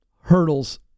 hurdles